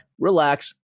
relax